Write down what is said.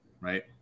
right